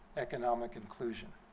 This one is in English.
economic inclusion.